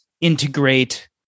integrate